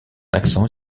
accent